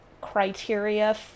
criteria